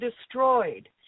destroyed